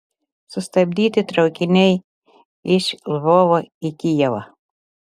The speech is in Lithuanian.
sustabdyti traukiniai iš lvovo į kijevą